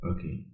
Okay